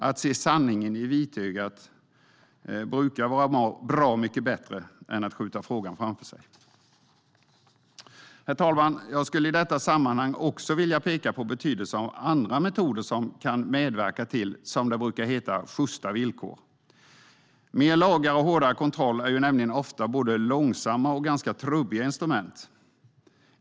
Att se sanningen i vitögat brukar vara bra mycket bättre än att skjuta frågan framför sig. Herr talman! Jag skulle i detta sammanhang också vilja peka på betydelsen av andra metoder som kan medverka till, som det brukar heta, sjysta villkor. Fler lagar och hårdare kontroll är nämligen ofta både långsamma och ganska trubbiga instrument.